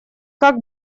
как